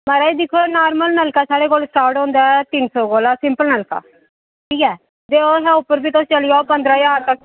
महाराज दिक्खो नार्मल नलका साढ़े कोल स्टार्ट होंदा ऐ तिन्न सौ कोला सिंपल नलका ठीक ऐ ते ओह्दे कोला उप्पर जेकर चली जाओ पंदरां ज्हार तक